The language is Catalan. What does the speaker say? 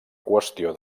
qüestió